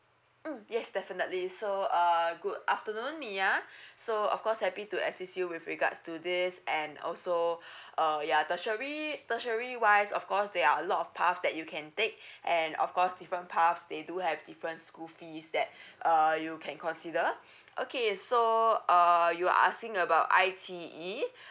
mm yes definitely so uh good afternoon mya so of course happy to assist you with regards to this and also uh ya tertiary tertiary wise of course there are a lot of path that you can take and of course different paths they do have different school fees that uh you can consider okay so uh you are asking about I_T_E